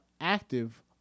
active